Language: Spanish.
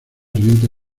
renta